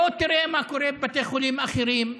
בוא תראה מה קורה בבתי חולים אחרים.